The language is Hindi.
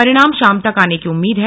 परिणाम शाम तक आने की उम्मीनद है